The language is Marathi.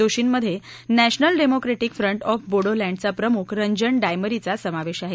दोषींमधे नॅशनल डेमोक्रेटिक फ्रंट ऑफ बोडोलँडचा प्रमुख रंजन डायमरीचा समावेश आहे